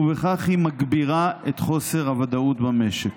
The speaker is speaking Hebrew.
ובכך היא מגבירה את חוסר הוודאות במשק.